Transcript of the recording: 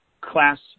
class